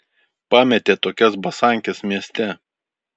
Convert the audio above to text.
pametė tokias basankes mieste